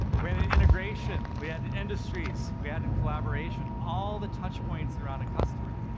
we added integration. we added industries. we added collaboration. all the touchpoints around a customer.